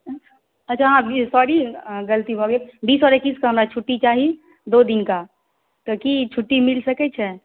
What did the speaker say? अच्छा अहाँ बी सौरी गलती भऽ गेल बीस आओर एकैसकेँ हमरा छुट्टी चाही दू दिनका तऽ की छुट्टी मिल सकै छै